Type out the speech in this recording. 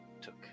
took